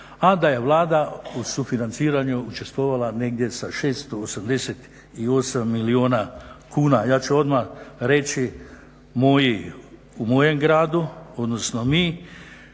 a da je Vlada u sufinanciranju učestvovala negdje sa 688 milijuna kuna. Ja ću odmah reći u mojem gradu odnosno mi